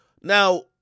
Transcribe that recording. Now